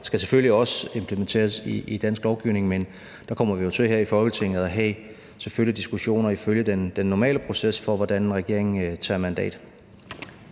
skal selvfølgelig også implementeres i dansk lovgivning, men der kommer vi jo her i Folketinget selvfølgelig til at have diskussioner ifølge den normale proces for, hvordan en regering tager mandat.